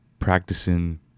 practicing